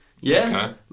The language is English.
Yes